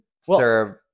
serve